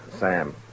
Sam